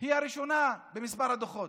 היא הראשונה במספר הדוחות.